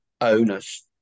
owners